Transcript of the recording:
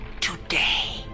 today